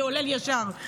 זה עולה לי ישר.